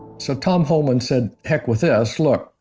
so, tom holman said, heck with this. look,